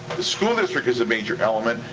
the school district is a major element,